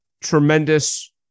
tremendous